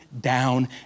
down